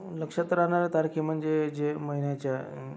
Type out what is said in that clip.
नक्षत्रानं तारखे म्हणजे जे महिन्याच्या